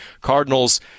Cardinals